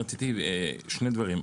שני דברים.